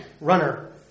runner